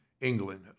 England